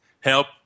help